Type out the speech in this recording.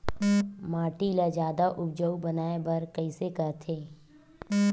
माटी ला जादा उपजाऊ बनाय बर कइसे करथे?